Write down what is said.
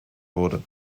wurde